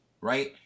right